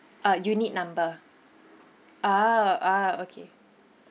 uh unit number ah ah okay